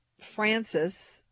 Francis